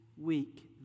week